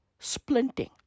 splinting